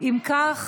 אם כך,